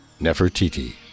Nefertiti